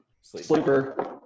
Sleeper